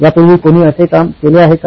यापूर्वी कोणी असे काम केले आहे का